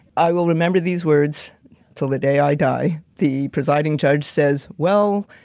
i will remember these words till the day i die. the presiding judge says, well,